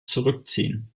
zurückziehen